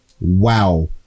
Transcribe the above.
wow